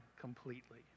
completely